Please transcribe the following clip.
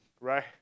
right